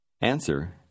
Answer